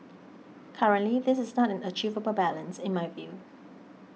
currently this is not an achievable balance in my view